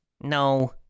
No